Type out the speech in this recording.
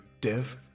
Dev